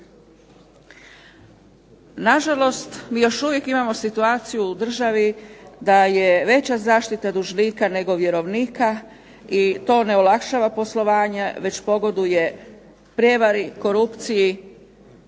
Nažalost, mi još uvijek imamo situaciju u državi da je veća zaštita dužnika nego vjerovnika i to ne olakšava poslovanje već pogoduje prijevari, korupciji